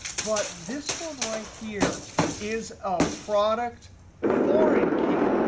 but this one right here is a product foreign key.